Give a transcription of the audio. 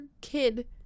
kid